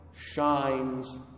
shines